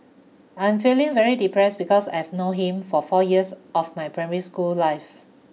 I'm feeling very depressed because I've known him for four years of my primary school life